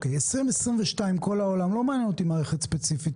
השנה 2022, לא מעניין אותי מערכת ספציפית.